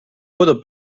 puedo